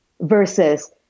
Versus